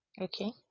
okay